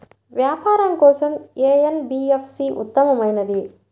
వ్యాపారం కోసం ఏ ఎన్.బీ.ఎఫ్.సి ఉత్తమమైనది?